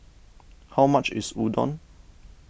how much is Udon